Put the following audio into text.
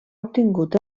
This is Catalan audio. obtingut